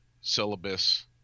syllabus